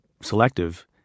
selective